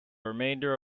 remainder